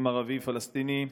עם ערבי פלסטיני?